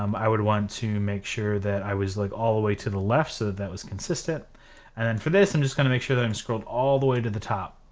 um i would want to make sure that i was like all the way to the left, so that was consistent and for this i'm just gonna make sure that i'm scrolled all the way to the top.